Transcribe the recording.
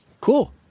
cool